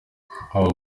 haba